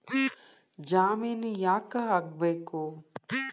ಜಾಮಿನ್ ಯಾಕ್ ಆಗ್ಬೇಕು?